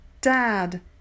dad